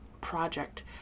project